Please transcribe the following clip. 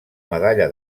medalla